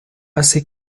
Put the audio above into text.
assez